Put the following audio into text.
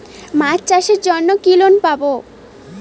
মাছ চাষের জন্য কি লোন পাব?